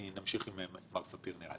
נמשיך עם מר ספיר.